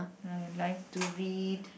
I like to read